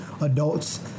adults